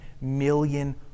million